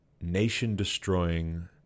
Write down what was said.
nation-destroying